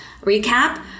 recap